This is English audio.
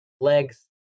legs